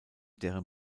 deren